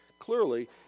Clearly